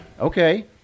okay